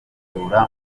kuyisura